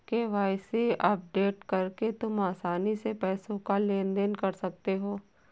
KYC update करके तुम आसानी से पैसों का लेन देन कर सकते हो